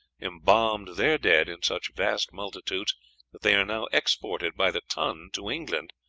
embalmed their dead in such vast multitudes that they are now exported by the ton to england,